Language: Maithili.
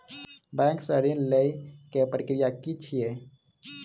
बैंक सऽ ऋण लेय केँ प्रक्रिया की छीयै?